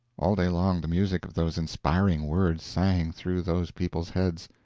all day long the music of those inspiring words sang through those people's heads.